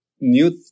new